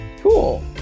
Cool